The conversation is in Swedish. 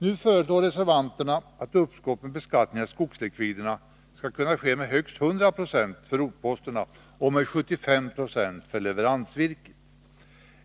Nu föreslår reservanterna att uppskov med beskattningen av skogslikviderna skall kunna ske med 100 96 för rotposterna och med 75 9 för leveransvirket.